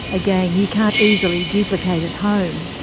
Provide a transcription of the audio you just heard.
again, you can't easily duplicate at home.